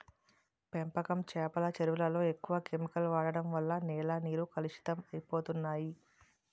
పెంపకం చేపల చెరువులలో ఎక్కువ కెమికల్ వాడడం వలన నేల నీరు కలుషితం అయిపోతన్నాయి